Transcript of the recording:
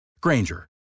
Granger